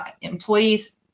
employees